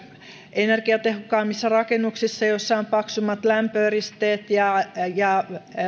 energiatehokkaammissa rakennuksissa joissa on paksummat lämpöeristeet ja ja